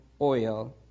oil